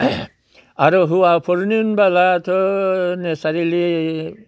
आरो हुवाफोरनि होनब्लाथ' नेसारेल